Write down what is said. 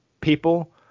people